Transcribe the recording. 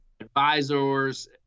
advisors